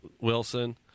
Wilson